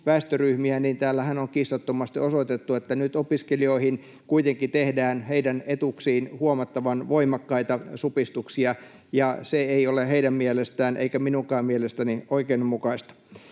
niin täällähän on kiistattomasti osoitettu, että nyt opiskelijoiden etuuksiin kuitenkin tehdään huomattavan voimakkaita supistuksia, ja se ei ole heidän mielestään eikä minunkaan mielestäni oikeudenmukaista.